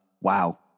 wow